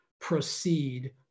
proceed